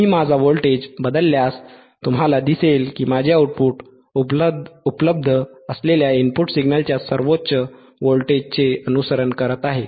मी माझा व्होल्टेज बदलल्यास तुम्हाला दिसेल की माझे आउटपुट उपलब्ध असलेल्या इनपुट सिग्नलच्या सर्वोच्च व्होल्टेजचे अनुसरण करत आहे